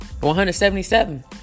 177